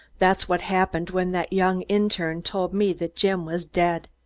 that's what happened when that young interne told me that jim was dead.